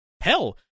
Hell